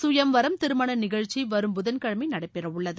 சுயம்வரம் திருமண நிகழ்ச்சி வரும் புதன்கிழமை நடைபெறவுள்ளது